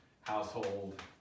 household